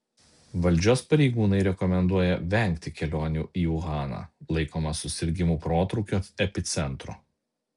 valdžios pareigūnai rekomenduoja vengti kelionių į uhaną laikomą susirgimų protrūkio epicentru